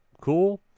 cool